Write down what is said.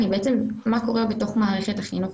היא בעצם מה קורה בתוך מערכת החינוך.